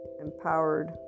empowered